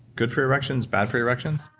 good for erections, bad for erections?